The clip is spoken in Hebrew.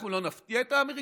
אנחנו לא נפתיע את האמריקאים,